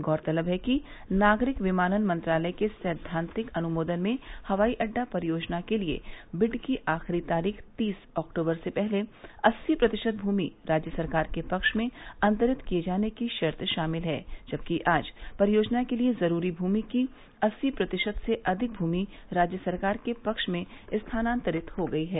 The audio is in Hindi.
गौरतलब है कि नागरिक विमानन मंत्रालय के सैद्वान्तिक अनुमोदन में हवाई अड्डा परियोजना के लिये बिड की आखिरी तारीख तीस अक्टूबर से पहले अस्सी प्रतिशत भूमि राज्य सरकार के पक्ष में अंतरित किये जाने की शर्त शामिल है जबकि आज परियोजना के लिये जरूरी भूमि की अस्सी प्रतिशत से अधिक भूमि राज्य सरकार के पक्ष में स्थानांतरित हो गई है